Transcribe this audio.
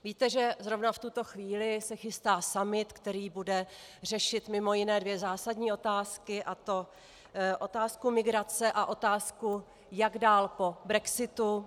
Víte, že zrovna v tuto chvíli se chystá summit, který bude řešit mj. dvě zásadní otázky, a to otázku migrace a otázku, jak dál pro brexitu.